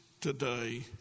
today